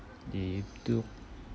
if do